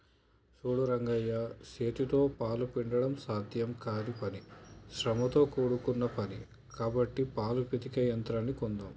సూడు రంగయ్య సేతితో పాలు పిండడం సాధ్యం కానీ పని శ్రమతో కూడుకున్న పని కాబట్టి పాలు పితికే యంత్రాన్ని కొందామ్